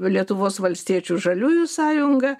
lietuvos valstiečių žaliųjų sąjunga